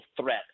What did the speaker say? threat